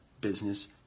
business